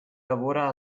lavora